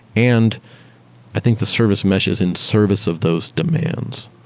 and i think the service mesh is in service of those demands